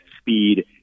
speed